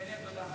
קסניה, תודה.